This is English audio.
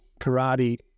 karate